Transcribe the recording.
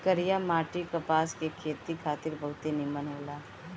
करिया माटी कपास के खेती खातिर बहुते निमन होला